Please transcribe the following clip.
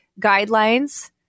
guidelines